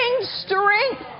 strength